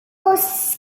was